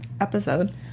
episode